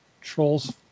trolls